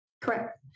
Correct